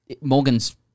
Morgan's